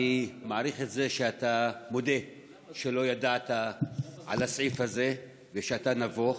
אני מעריך את זה שאתה מודה שלא ידעת על הסעיף הזה ושאתה נבוך.